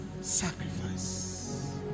sacrifice